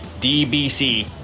DBC